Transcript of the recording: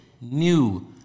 new